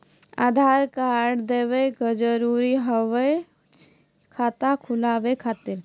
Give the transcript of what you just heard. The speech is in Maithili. आधार कार्ड देवे के जरूरी हाव हई खाता खुलाए खातिर?